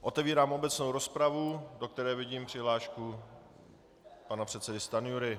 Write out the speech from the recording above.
Otevírám obecnou rozpravu, do které vidím přihlášku pana předsedy Stanjury.